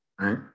right